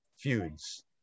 feuds